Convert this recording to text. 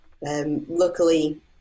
Luckily